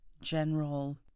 general